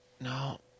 No